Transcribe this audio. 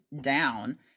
down